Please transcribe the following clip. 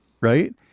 right